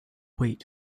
wait